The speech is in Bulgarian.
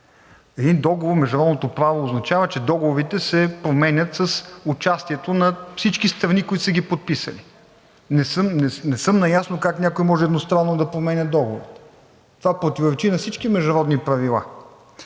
Един договор в международното право означава, че договорите се променят с участието на всички страни, които са ги подписали. Не съм наясно как някой може едностранно да променя договор?! Това противоречи на всички международни правила.